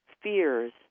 fears